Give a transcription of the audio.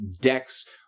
decks